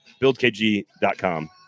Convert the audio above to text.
BuildKG.com